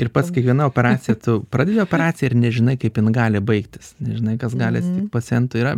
ir pats kiekviena operacija tu pradedi operaciją ir nežinai kaip jinai gali baigtis žinai kas gali pacientui yra